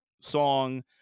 song